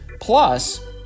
plus